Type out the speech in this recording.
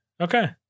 Okay